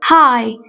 Hi